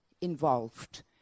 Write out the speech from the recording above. involved